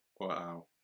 Wow